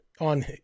on